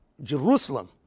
Jerusalem